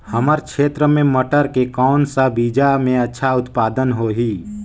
हमर क्षेत्र मे मटर के कौन सा बीजा मे अच्छा उत्पादन होही?